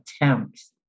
attempts